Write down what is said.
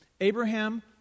Abraham